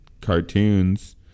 cartoons